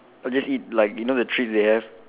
I'll just eat like you know the treats they have